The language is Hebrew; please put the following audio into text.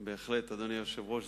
בהחלט, אדוני היושב-ראש.